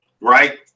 right